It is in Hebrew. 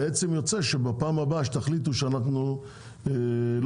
בעצם יוצא בפעם הבאה שתחליטו שאנחנו לא